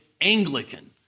Anglican